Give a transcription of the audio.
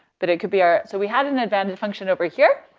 but it could be our so we had an advantage function over here.